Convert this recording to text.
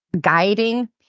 guiding